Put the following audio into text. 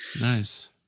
Nice